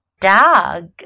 dog